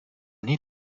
need